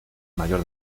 mayor